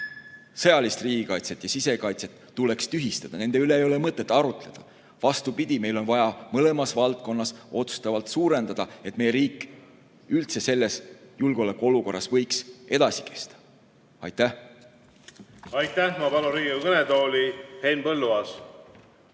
sõjalist riigikaitset ja sisekaitset, tuleks tühistada. Nende üle ei ole mõtet arutleda. Vastupidi, meil on vaja mõlemas valdkonnas rahastust otsustavalt suurendada, et meie riik selles julgeolekuolukorras üldse võiks edasi kesta. Aitäh! Aitäh! Ma palun Riigikogu kõnetooli Henn Põlluaasa!